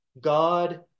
God